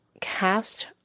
cast